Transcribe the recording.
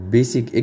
Basic